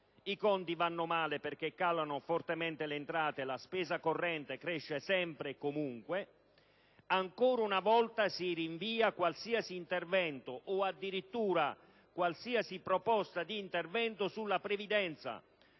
I conti vanno male, perché calano fortemente le entrate e la spesa corrente cresce sempre e comunque. Ancora una volta si rinvia qualsiasi intervento o addirittura qualsiasi proposta di intervento sulla previdenza